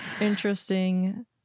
interesting